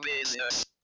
business